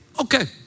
Okay